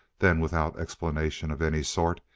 then, without explanation of any sort,